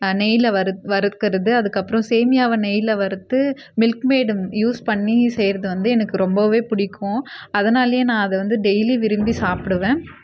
நெய்யில் வறு வறுக்கிறது அதுக்கப்புறம் சேமியாவை நெய்யில் வறுத்து மில்க்மெய்டு யூஸ் பண்ணி செய்கிறது வந்து எனக்கு ரொம்பவே பிடிக்கும் அதனாலேயே நான் அதை வந்து டெய்லி விரும்பி சாப்பிடுவேன்